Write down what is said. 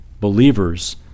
believers